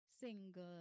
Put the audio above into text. single